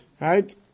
Right